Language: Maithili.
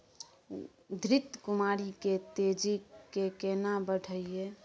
घृत कुमारी के तेजी से केना बढईये?